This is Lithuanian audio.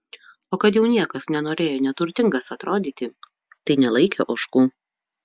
o kad jau niekas nenorėjo neturtingas atrodyti tai nelaikė ožkų